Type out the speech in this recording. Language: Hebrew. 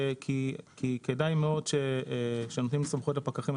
כי כדאי מאוד שכשנותנים סמכויות לפקחים,